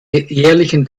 jährlichen